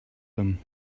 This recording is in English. them